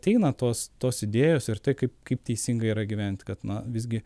ateina tos tos idėjos ir tai kaip kaip teisingai yra gyventi kad na visgi